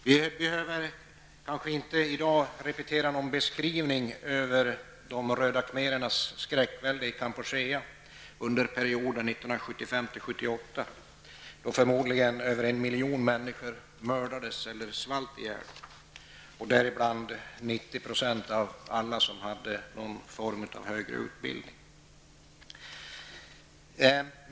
Vi behöver kanske inte i dag repetera någon beskrivning över de röda khmerernas skräckvälde i Kambodja under perioden 1975--1978, då förmodligen över en miljon människor mördades eller svalt ihjäl, däribland 90 % av alla som hade någon form av högre utbildning.